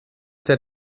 der